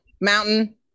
mountain